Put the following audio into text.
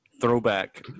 throwback